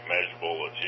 measurable